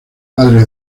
padre